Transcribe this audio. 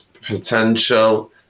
potential